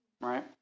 Right